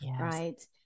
right